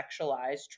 sexualized